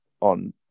on